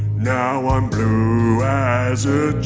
now i'm blue as a